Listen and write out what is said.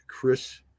Chris